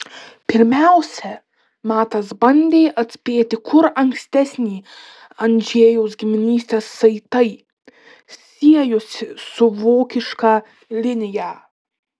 pirmiausia matas bandė atspėti kur ankstesni andžejaus giminystės saitai siejosi su vokiška linija